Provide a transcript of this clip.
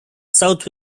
south